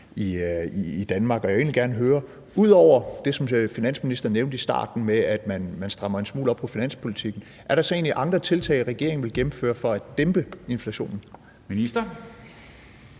i Danmark. Jeg vil egentlig gerne høre: Ud over det, finansministeren nævnte i starten med, at man strammer en smule op på finanspolitikken, er der så egentlig andre tiltag, regeringen vil gennemføre for at dæmpe inflationen? Kl.